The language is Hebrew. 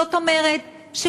זאת אומרת,